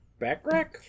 Backrack